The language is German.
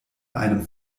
einem